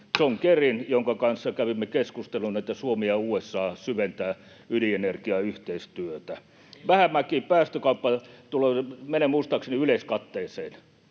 John Kerryn, jonka kanssa kävimme keskustelun, että Suomi ja USA syventävät ydinenergiayhteistyötä. [Timo Heinosen välihuuto] Vähämäki, päästökauppa menee muistaakseni yleiskatteeseen,